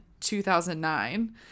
2009